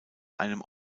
einem